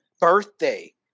birthday